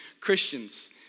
Christians